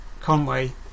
Conway